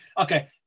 okay